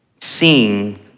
seeing